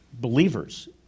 believers